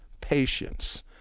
patience